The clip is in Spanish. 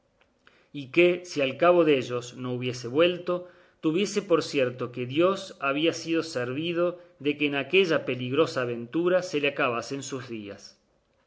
y que si al cabo dellos no hubiese vuelto tuviese por cierto que dios había sido servido de que en aquella peligrosa aventura se le acabasen sus días